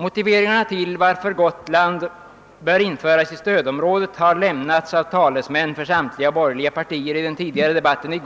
Motiveringar till att Gotland bör införas i stödområdet har lämnats av talesmän för samtliga borgerliga partier tidigare under debatten;